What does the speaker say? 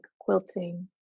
quilting